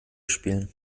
spielen